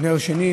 נר שני,